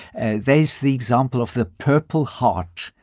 and there's the example of the purple heart,